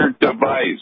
device